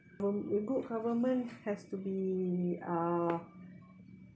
from a good government has to be uh